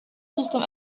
system